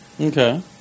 Okay